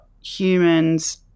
humans